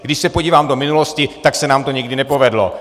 Když se podívám do minulosti, tak se nám to nikdy nepovedlo.